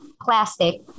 plastic